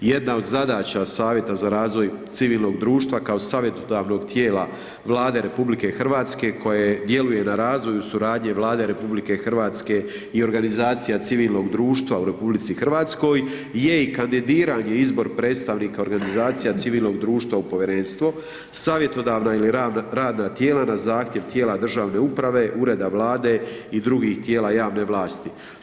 Jedna od zadaća savjeta za razvoj civilnog društva, kao savjetodavnog tijela Vlade RH, koje djeluju na razvoj i suradnji Vlade RH i organizacije civilnog društva u RH, je i kandidiranje izbor predstavnika organizacija civilnog društva u povjerenstvo, savjetodavan ili radna tijela na zahtjev tijela državne uprave, ureda Vlade i drugih tijela javne vlasti.